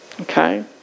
Okay